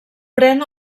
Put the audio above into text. pren